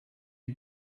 you